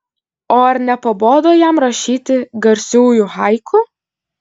o ar nepabodo jam rašyti garsiųjų haiku